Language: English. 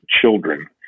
children